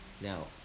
Now